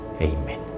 Amen